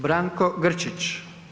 Branko Grčić.